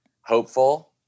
hopeful